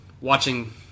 watching